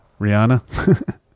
Rihanna